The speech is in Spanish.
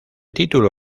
título